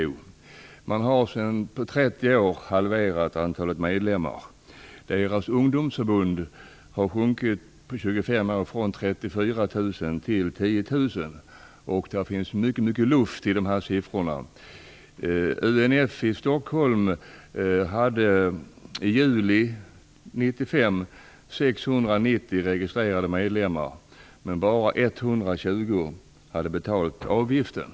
IOGT-NTO har på 30 år halverat antalet medlemmar. Antalet medlemmar i ungdomsförbundet har under 20 år sjunkit från 34 000 till 10 000. Det finns också mycket luft i dessa siffror. UNF i Stockholm hade 690 registrerade medlemmar i juli 1995, men bara 120 hade betalt avgiften.